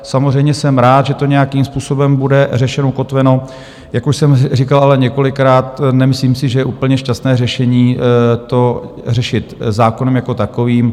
Samozřejmě jsem rád, že to nějakým způsobem bude řešeno, ukotveno, jak už jsem říkal ale několikrát, nemyslím si, že je úplně šťastné řešení to řešit zákonem jako takovým.